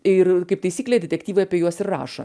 ir kaip taisyklė detektyvai apie juos ir rašo